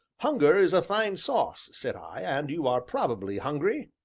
hunger is a fine sauce, said i, and you are probably hungry?